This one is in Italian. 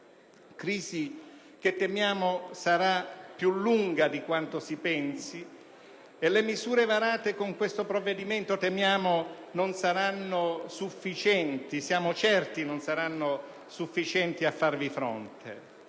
crisi che temiamo sarà più lunga di quanto si pensi e le misure varate con questo provvedimento non saranno sufficienti - ne siamo certi - a farvi fronte.